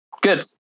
Good